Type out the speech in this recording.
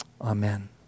Amen